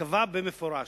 קבע במפורש,